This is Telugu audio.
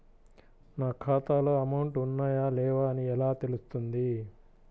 నా ఖాతాలో అమౌంట్ ఉన్నాయా లేవా అని ఎలా తెలుస్తుంది?